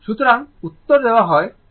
সুতরাং উত্তর দেওয়া হয় 50 √ 2 sin ω t